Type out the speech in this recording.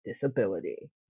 Disability